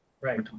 Right